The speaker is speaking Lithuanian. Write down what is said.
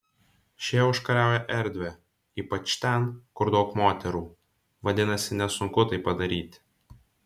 šie užkariauja erdvę ypač ten kur daug moterų vadinasi nesunku tai padaryti